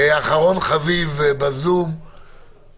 כרגע מדברים בהצעת החוק הזאת על הסמכה להתקנת תקנות.